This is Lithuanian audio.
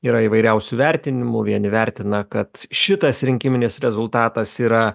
yra įvairiausių vertinimų vieni vertina kad šitas rinkiminis rezultatas yra